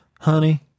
Honey